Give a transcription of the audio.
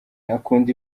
akunda